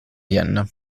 vienna